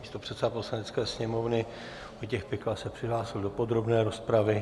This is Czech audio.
Místopředseda Poslanecké sněmovny Vojtěch Pikal se přihlásil do podrobné rozpravy.